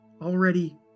already